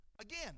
Again